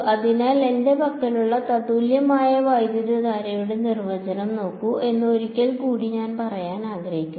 അതിനാൽ എന്റെ പക്കലുള്ള തത്തുല്യമായ വൈദ്യുതധാരയുടെ നിർവചനം നോക്കൂ എന്ന് ഒരിക്കൽ കൂടി ഞാൻ പറയാൻ ആഗ്രഹിക്കുന്നു